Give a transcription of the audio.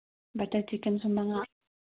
butter ꯆꯤꯀꯟꯁꯨ ꯃꯉꯥ